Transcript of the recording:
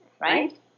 right